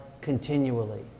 continually